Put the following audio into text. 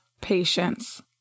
patience